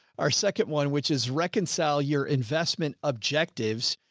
our second one, which is reconcile your investment objectives.